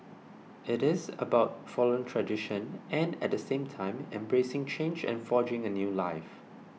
it is about following tradition and at same time embracing change and forging a new life